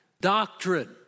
doctrine